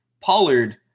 Pollard